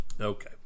Okay